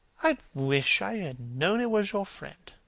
i wish i had known it was your friend.